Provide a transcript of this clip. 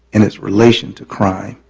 and it's relation to crime.